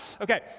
Okay